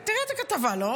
תראה את הכתבה, זה לא